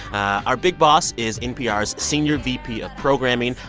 our big boss is npr's senior vp of programming,